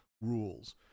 rules